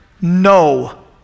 No